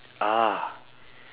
ah